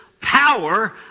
power